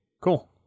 Cool